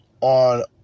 On